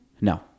no